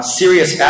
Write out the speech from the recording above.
serious